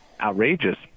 outrageous